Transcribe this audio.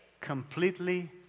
completely